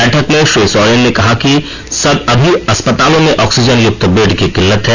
बैठक में श्री सोरेन ने कहा कि अभी अस्पतालों में ऑक्सीजन युक्त बेड की किल्लत है